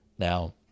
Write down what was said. Now